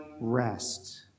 rest